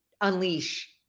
unleash